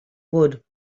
would